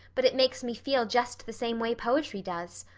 but it makes me feel just the same way poetry does.